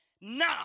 now